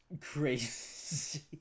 crazy